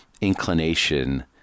inclination